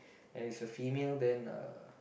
and is a female then uh